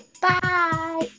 Bye